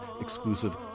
exclusive